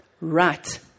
Right